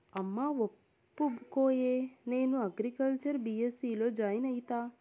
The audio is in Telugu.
అమ్మా ఒప్పుకోయే, నేను అగ్రికల్చర్ బీ.ఎస్.సీ లో జాయిన్ అయితా